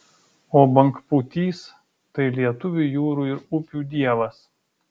o bangpūtys tai lietuvių jūrų ir upių dievas